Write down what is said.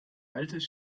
altes